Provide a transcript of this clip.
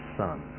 son